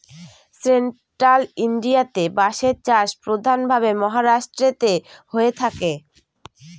central ইন্ডিয়াতে বাঁশের চাষ প্রধান ভাবে মহারাষ্ট্রেতে হয়ে থাকে